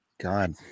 God